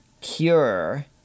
cure